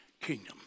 kingdom